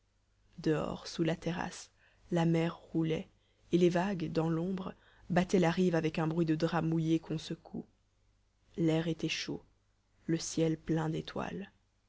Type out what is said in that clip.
dehors sous la terrasse la mer roulait et les vagues dans l'ombre battaient la rive avec un bruit de draps mouillés qu'on secoue l'air était chaud le ciel plein d'étoiles